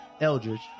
Eldridge